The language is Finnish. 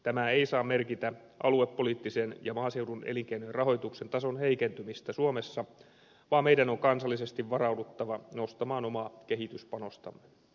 tämä ei saa merkitä aluepoliittisen ja maaseudun elinkeinojen rahoituksen tason heikentymistä suomessa vaan meidän on kansallisesti varauduttava nostamaan omaa kehityspanostamme